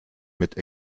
mit